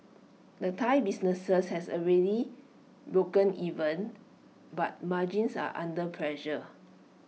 the Thai businesses has A really broken even but margins are under pressure